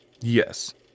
Yes